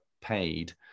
paid